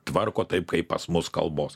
tvarko taip kaip pas mus kalbos